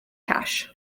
cash